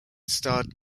starred